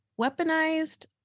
weaponized